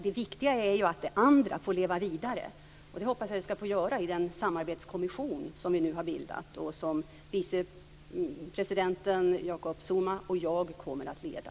Det viktiga är att det andra får leva vidare och det hoppas jag att det får göra i den samarbetskommission som vi nu har bildat och som vicepresidenten Jacob Zuma och jag kommer att leda.